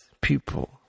people